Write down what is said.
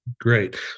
Great